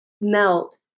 melt